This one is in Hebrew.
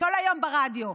היא כל היום ברדיו,